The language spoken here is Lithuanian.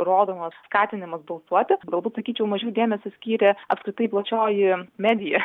rodomas skatinimas balsuoti galbūt sakyčiau mažiau dėmesio skyrė apskritai plačioji medija